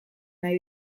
nahi